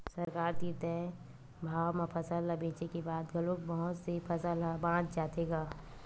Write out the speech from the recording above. सरकार तीर तय भाव म फसल ल बेचे के बाद घलोक बहुत से फसल ह बाच जाथे गा